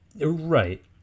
Right